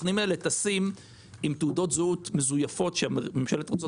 הסוכנים האלה טסים עם תעודות זהות מזויפות שממשלת ארצות